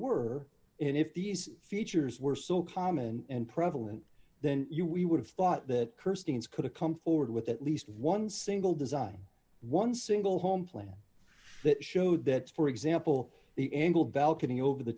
were it if these features were so common and prevalent then you we would have thought that persons could have come forward with at least one single design one single home plan that showed that for example the angled balcony over the